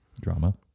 Drama